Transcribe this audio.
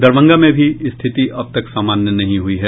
दरभंगा में भी स्थिति अब तक सामान्य नहीं हुई है